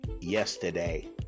yesterday